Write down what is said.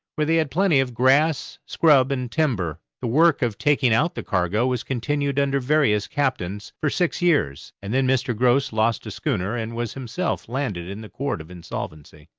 where they had plenty of grass, scrub, and timber. the work of taking out the cargo was continued under various captains for six years, and then mr. grose lost a schooner and was himself landed in the court of insolvency.